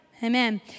Amen